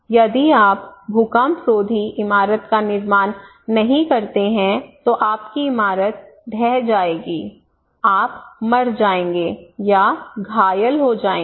यदि आप भूकंप रोधी इमारत का निर्माण नहीं करते हैं तो आपकी इमारत ढह जाएगी आप मर जाएंगे या घायल हो जाएंगे